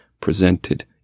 presented